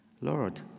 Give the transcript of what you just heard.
Lord